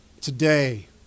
Today